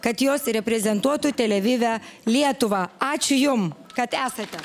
kad jos reprezentuotų tel avive lietuvą ačiū jum kad esate